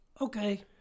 Okay